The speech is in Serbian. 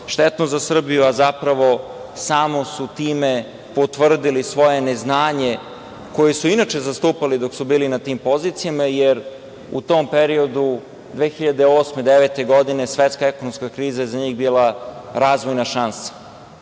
štetno za Srbiju, a zapravo, samo su time potvrdili svoje neznanje koje su, inače zastupali dok su bili na tim pozicijama, jer u tom periodu 2008, 2009. godine svetska ekonomska kriza je za njih bila razvojna šansa.I